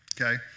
Okay